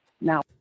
now